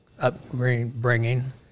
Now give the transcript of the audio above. upbringing